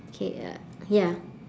okay uh ya